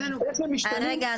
איך זה משתלב --- רגע,